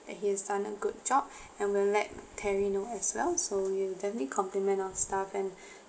that he has done a good job and we'll let terry know as well so you intently compliment our staff and